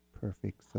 perfect